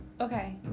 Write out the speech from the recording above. Okay